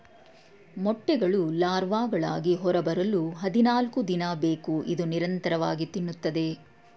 ಮೊಟ್ಟೆಗಳು ಲಾರ್ವಾಗಳಾಗಿ ಹೊರಬರಲು ಹದಿನಾಲ್ಕುದಿನ ಬೇಕು ಇದು ನಿರಂತರವಾಗಿ ತಿನ್ನುತ್ತದೆ